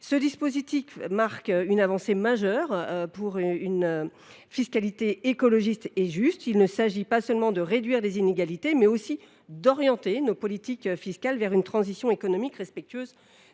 Ce dispositif marque une avancée majeure pour une fiscalité écologiste est juste. Il s’agit non seulement de réduire les inégalités, mais aussi d’orienter nos politiques fiscales vers une transition économique respectueuse